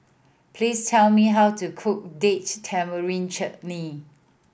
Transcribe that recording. please tell me how to cook Date Tamarind Chutney